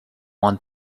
want